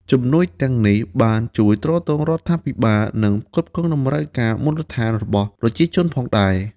ជំនួយទាំងនេះបានជួយទ្រទ្រង់រដ្ឋាភិបាល និងផ្គត់ផ្គង់តម្រូវការមូលដ្ឋានរបស់ប្រជាជនផងដែរ ។